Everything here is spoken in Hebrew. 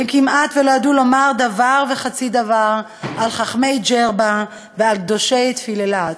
הם כמעט לא ידעו לומר דבר וחצי דבר על חכמי ג'רבה ועל קדושי תפילאלת,